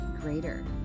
greater